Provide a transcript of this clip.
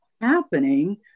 happening